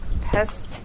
Pest